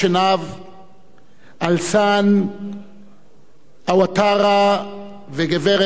אלסאן אואטארה, וגברת, מאדאם אואטארה,